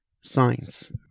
science